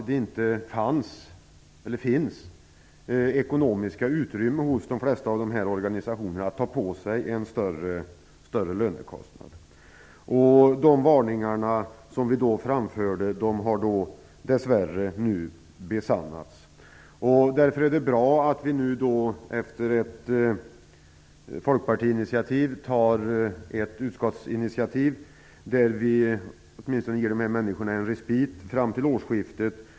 Det finns inget ekonomiskt utrymme hos de flesta av dessa organisationer att ta på sig en större lönekostnad. De farhågor som vi framförde har nu dess värre besannats. Därför är det bra att utskottet, efter ett initiativ från Folkpartiet, tar ett initiativ för att ge dessa människor respit fram till årsskiftet.